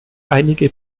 einige